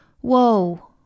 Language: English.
whoa